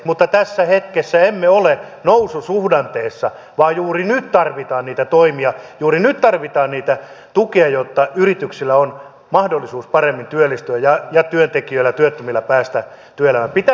mutta tässä hetkessä emme ole noususuhdanteessa vaan juuri nyt tarvitaan niitä toimia juuri nyt tarvitaan sitä tukea jotta yrityksillä on mahdollisuus paremmin työllistää ja työntekijöillä ja työttömillä on mahdollisuus päästä työelämään